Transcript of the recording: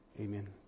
amen